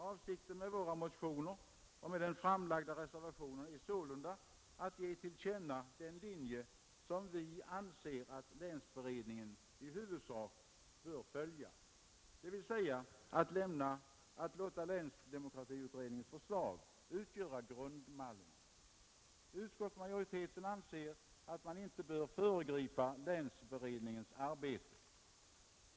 Avsikten med våra motioner och med den framlagda reservationen är sålunda att ge till känna den linje som vi anser att länsberedningen i huvudsak bör följa, dvs. att låta länsdemokratiutredningens förslag utgöra grundmallen. Utskottsmajoriteten anser att man inte bör föregripa länsberedningens arbete.